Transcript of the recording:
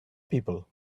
people